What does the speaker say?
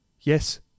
Yes